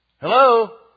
Hello